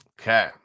Okay